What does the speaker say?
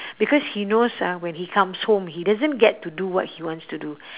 because he knows ah when he comes home he doesn't get to do what he wants to do